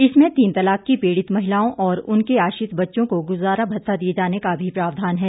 इसमें तीन तलाक की पीड़ित महिलाओं और उनके आश्रित बच्चों को गुजारा भत्ता दिए जाने का भी प्रावधान है